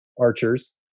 archers